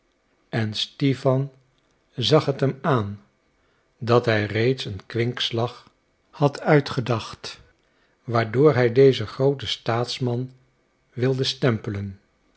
en stipan zag het hem aan dat hij reeds een kwinkslag had uitgedacht waardoor hij dezen grooten staatsman wilde stempelen